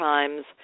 Times